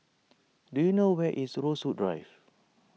do you know where is Rosewood Drive